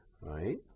right